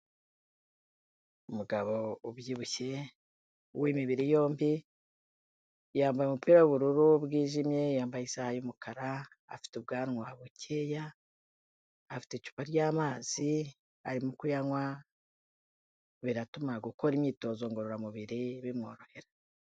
Umugabo ubyibushye w'imibiri yombi, yambaye umupira w'ubururu bwijimye, yambaye isaha y'umukara, afite ubwanwa bukeya, afite icupa ry'amazi arimo kuyanywa, biratuma gukora imyitozo ngororamubiri bimworohera.